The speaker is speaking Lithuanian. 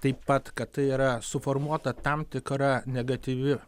taip pat kad tai yra suformuota tam tikra negatyvi